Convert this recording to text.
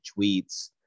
tweets